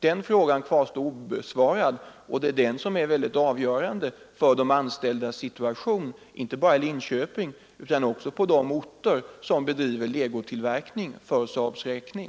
Den frågan kvarstår obesvarad, men den är avgörande för de anställdas situation inte bara i Linköping utan också på de orter som bedriver legotillverkning för SAAB:s räkning.